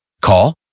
Call